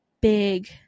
big